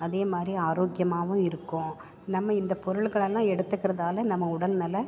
அதே மாதிரி ஆரோக்கியமாகவும் இருக்கும் நம்ம இந்த பொருட்களெல்லாம் எடுத்துக்கிறதால் நம்ம உடல்நலம்